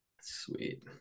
Sweet